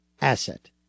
asset